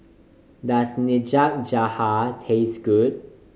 does Nikujaga taste good